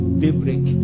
daybreak